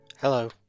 Hello